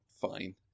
fine